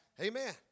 Amen